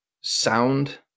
sound